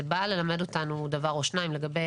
זה בא ללמד אותנו דבר או שניים לגבי